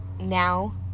now